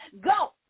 go